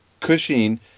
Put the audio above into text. Cushing